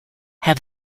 have